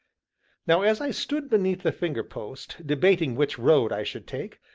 now as i stood beneath the finger-post, debating which road i should take,